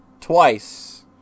twice